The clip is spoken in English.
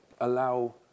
allow